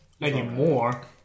Anymore